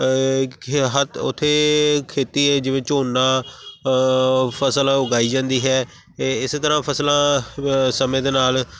ਉੱਥੇ ਖੇਤੀ ਆ ਜਿਵੇਂ ਝੋਨਾ ਫਸਲ ਉਗਾਈ ਜਾਂਦੀ ਹੈ ਇਹ ਇਸੇ ਤਰ੍ਹਾਂ ਫਸਲਾਂ ਸਮੇਂ ਦੇ ਨਾਲ